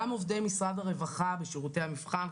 גם עובדי משרד הרווחה בשירותי המבחן,